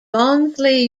barnsley